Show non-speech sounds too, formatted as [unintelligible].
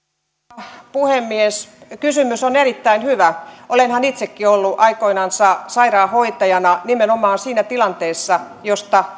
arvoisa puhemies kysymys on erittäin hyvä olenhan itsekin ollut aikoinaan sairaanhoitajana nimenomaan siinä tilanteessa josta [unintelligible]